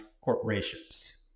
corporations